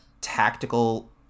tactical